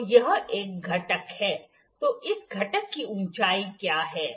तो यह एक घटक है तो इस घटक की ऊंचाई क्या है